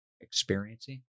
experiencing